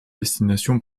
destination